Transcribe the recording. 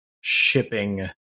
shipping